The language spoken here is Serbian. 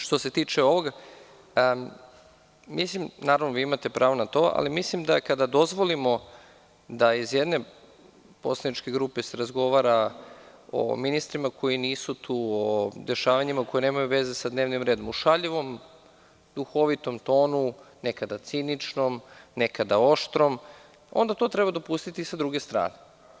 Što se tiče ovoga, naravno, vi imate pravo na to, ali mislim da kada dozvolimo da se iz jedne poslaničke grupe razgovara o ministrima koji nisu tu, o dešavanjima koja nemaju veze sa dnevnim redom, u šaljivom, duhovitom tonu, nekada ciničnom, nekada oštrom, onda to treba dopustiti i sa druge strane.